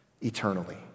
eternally